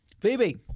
Phoebe